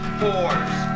fours